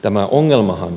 tämä ongelma